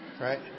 Right